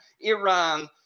Iran